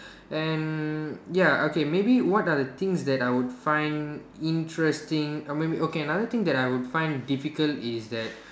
and ya okay maybe what are the things that I would find interesting or maybe okay another thing that I would find difficult is that